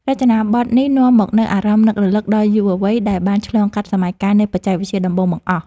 រចនាប័ទ្មនេះនាំមកនូវអារម្មណ៍នឹករលឹកដល់យុវវ័យដែលបានឆ្លងកាត់សម័យកាលនៃបច្ចេកវិទ្យាដំបូងបង្អស់។